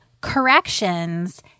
corrections